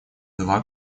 два